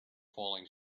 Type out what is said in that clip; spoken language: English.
falling